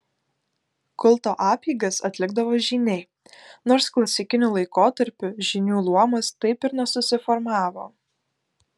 kulto apeigas atlikdavo žyniai nors klasikiniu laikotarpiu žynių luomas taip ir nesusiformavo